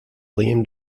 liam